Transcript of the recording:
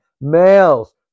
males